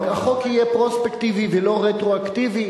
החוק יהיה פרוספקטיבי ולא רטרואקטיבי.